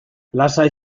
lasai